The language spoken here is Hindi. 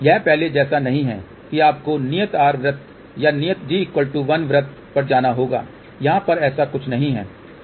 यह पहले जैसा नहीं है कि आपको नियत r वृत्त या नियत g 1 वृत्त पर जाना होगा यहाँ पर ऐसा कुछ नहीं है ठीक है